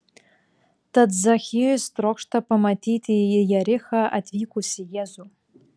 tad zachiejus trokšta pamatyti į jerichą atvykusį jėzų